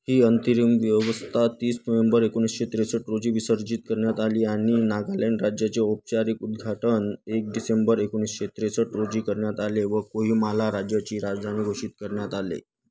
ही अंतरिम व्यवस्था तीस नोव्हेंबर एकोणीसशे त्रेसष्ट रोजी विसर्जित करण्यात आली आणि नागालँड राज्याचे औपचारिक उद्घाटन एक डिसेंबर एकोणीसशे त्रेसष्ट रोजी करण्यात आले व कोहिमाला राज्याची राजधानी घोषित करण्यात आले